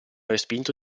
respinto